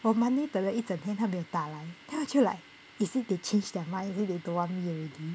我 monday 等了一整天他没有打来 then 我就 like is it they change their minds is it they don't want me already